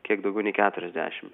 kiek daugiau nei keturiasdešim